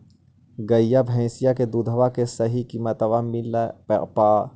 गईया भैसिया के दूधबा के सही किमतबा मिल पा?